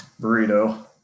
burrito